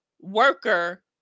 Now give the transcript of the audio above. worker